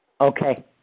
Okay